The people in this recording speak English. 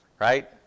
right